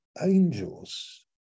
angels